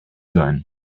sein